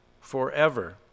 forever